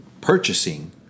purchasing